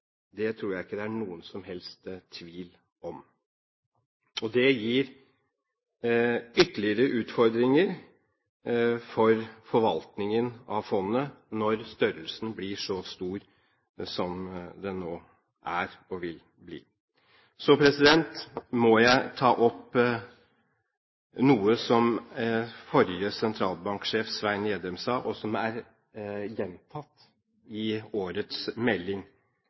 land, tror jeg ikke det er noen som helst tvil om. Det gir ytterligere utfordringer for forvaltningen av fondet, når størrelsen blir så stor som den nå er og vil bli. Så må jeg ta opp noe som forrige sentralbanksjef, Svein Gjedrem, sa, og som er gjentatt i årets melding,